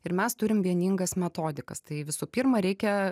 ir mes turim vieningas metodikas tai visų pirma reikia